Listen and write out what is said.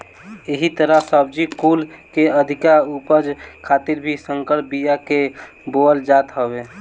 एही तहर सब्जी कुल के अधिका उपज खातिर भी संकर बिया के बोअल जात हवे